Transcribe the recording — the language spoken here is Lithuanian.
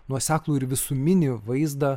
nuoseklų ir visuminį vaizdą